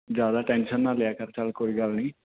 ਜ਼ਿਆਦਾ ਟੈਂਸ਼ਨ ਨਾ ਲਿਆ ਕਰ ਚਲ ਕੋਈ ਗੱਲ ਨਹੀਂ